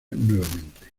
nuevamente